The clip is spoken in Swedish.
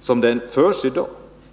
som den förs i dag.